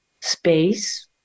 space